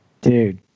Dude